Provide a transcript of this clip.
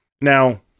Now